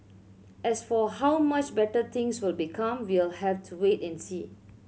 as for how much better things will become we'll have to wait and see